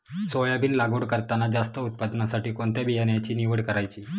Soybean लागवड करताना जास्त उत्पादनासाठी कोणत्या बियाण्याची निवड करायची?